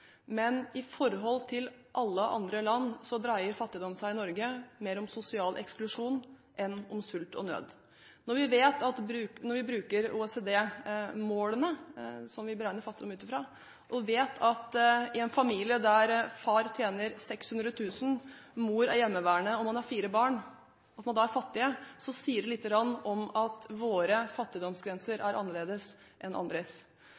Men i forhold til alle andre land, dreier fattigdom i Norge seg mer om sosial eksklusjon enn om sult og nød. Når vi bruker OECD-målene, som vi beregner fattigdom utfra, og en familie der far tjener 600 000 kr, mor er hjemmeværende og man har fire barn, og er fattig, sier det lite grann om at våre fattigdomsgrenser er annerledes enn andres.